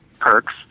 perks